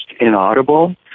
inaudible